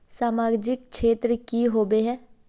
सामाजिक क्षेत्र की होबे है?